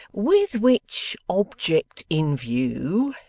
with which object in view,